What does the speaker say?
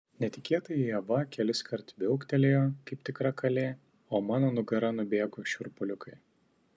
netikėtai ieva keliskart viauktelėjo kaip tikra kalė o mano nugara nubėgo šiurpuliukai